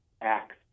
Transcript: acts